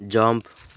jump